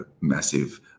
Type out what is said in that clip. massive